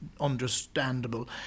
understandable